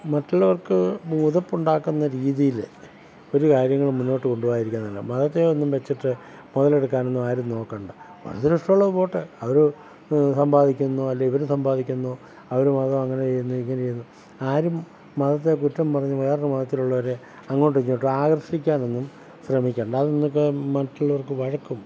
മറ്റുള്ളവർക്ക് എതിർപ്പുണ്ടാക്കുന്ന രീതിയിൽ ഒരു കാര്യങ്ങളും മുന്നോട്ട് കൊണ്ടുപോകാതിരിക്കുകയാണ് നല്ലത് മതത്തെ ഒന്നും വെച്ചിട്ട് മുതലെടുക്കാനൊന്നും ആരും നോക്കണ്ട മതത്തിൽ ഇഷ്ടമുള്ളവർ പോകട്ടെ അവർ സമ്പാദിക്കുന്നു അല്ലെങ്കിൽ ഇവർ സമ്പാദിക്കുന്നു അവരു മതം അങ്ങനെ ചെയ്യുന്നു ഇങ്ങനെ ചെയ്യുന്നു ആരും മതത്തെ കുറ്റം പറഞ്ഞ് വേറൊരു മതത്തിലുള്ളവരെ അങ്ങോട്ടും ഇങ്ങോട്ടും ആകർഷിക്കാനൊന്നും ശ്രമിക്കേണ്ട അതൊന്നും ഇപ്പം മറ്റുള്ളവർക്ക് വഴക്കും